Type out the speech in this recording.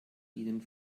ihnen